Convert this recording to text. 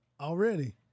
Already